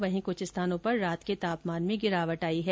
वहीं कूछ स्थानों पर रात के तापमान में गिरावट आई है